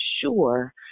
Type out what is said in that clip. sure